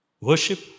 Worship